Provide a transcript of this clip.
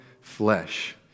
flesh